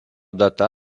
data